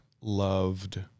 loved